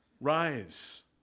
Rise